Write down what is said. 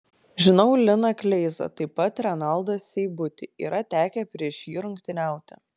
žinau liną kleizą taip pat renaldą seibutį yra tekę prieš jį rungtyniauti